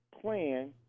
plan